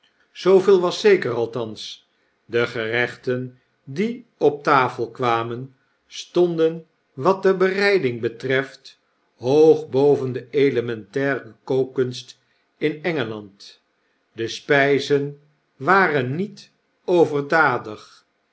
zooveel was zeker althans de gerechten die op tafel kwamen stonden wat de bereiding betreft hoog boven de elementaire kookkunst in e n g e a n d de spjjzen waren niet overdadig